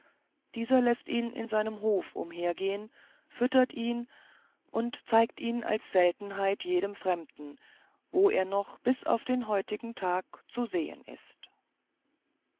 dieser läßt ihn in seinem hof umhergehen füttert ihn und zeigt ihn als seltenheit jedem fremden wo er noch bis auf den heutigen tag zu sehen ist